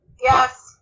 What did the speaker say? Yes